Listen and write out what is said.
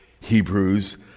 Hebrews